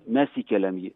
mes įkeliam jį